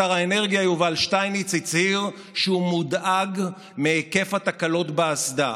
שר האנרגיה יובל שטייניץ הצהיר שהוא מודאג מהיקף התקלות באסדה,